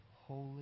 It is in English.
holy